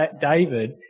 David